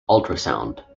ultrasound